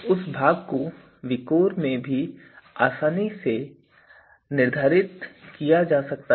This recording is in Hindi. उस भाग को विकोर में भी आसानी से निर्धारित किया जा सकता है